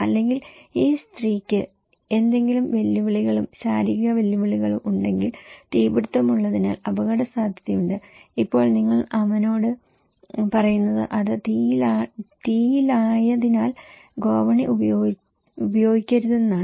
അല്ലെങ്കിൽ ഈ സ്ത്രീക്ക് എന്തെങ്കിലും വെല്ലുവിളികളും ശാരീരിക വെല്ലുവിളികളും ഉണ്ടെങ്കിൽ തീപിടിത്തം ഉള്ളതിനാൽ അപകടസാധ്യതയുണ്ട് ഇപ്പോൾ നിങ്ങൾ അവനോട് പറയുന്നത് അത് തീയിലായതിനാൽ ഗോവണി ഉപയോഗിക്കരുതെന്നാണ്